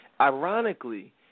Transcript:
ironically –